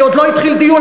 כי עוד לא התחיל דיון,